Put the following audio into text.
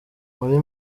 muri